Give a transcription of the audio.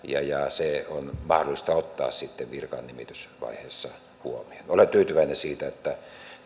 se on mahdollista ottaa sitten virkanimitysvaiheessa huomioon olen tyytyväinen siitä että tämä ratkaisu löytyi